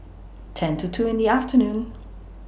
ten to two in The afternoon